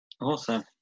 Awesome